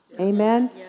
Amen